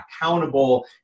accountable